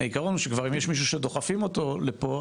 העקרון שכבר אם יש משיהו שדוחפים אותו לפה,